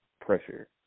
pressure